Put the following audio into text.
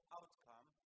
outcome